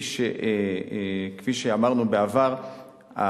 וכפי שאמרנו בעבר,